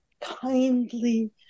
kindly